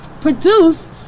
produce